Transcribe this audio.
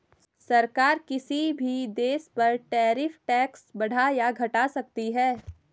सरकार किसी भी देश पर टैरिफ टैक्स बढ़ा या घटा सकती है